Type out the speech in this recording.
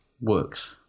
works